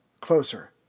closer